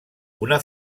una